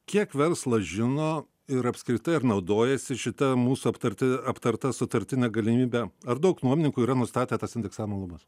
kiek verslas žino ir apskritai ar naudojasi šita mūsų aptarti aptarta sutartine galimybe ar daug nuomininkų yra nustatę tas indeksavimo lubas